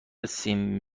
سیمرغ